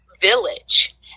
village